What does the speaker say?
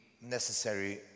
necessary